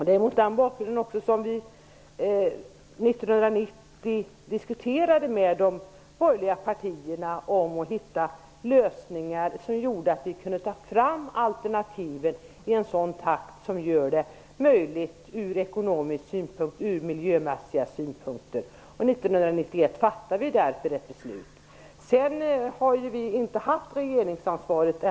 Det är mot den bakgrunden som vi år 1990 diskuterade med de borgerliga partierna om att hitta lösningar som gjorde att det var möjligt att ta fram ekonomiska och miljömässiga alternativ. År 1991 fattades därför ett beslut. Efter år 1991 har vi inte haft regeringsansvaret.